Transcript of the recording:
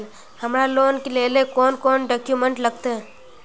हमरा लोन लेले कौन कौन डॉक्यूमेंट लगते?